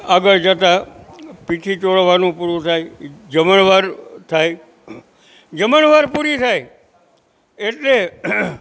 આગળ જતાં પીઠી ચોળવાનું પૂરું થાય જમણવાર થાય જમણવાર પૂરી થાય એટલે